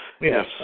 Yes